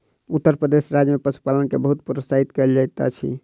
उत्तर प्रदेश राज्य में पशुपालन के बहुत प्रोत्साहित कयल जाइत अछि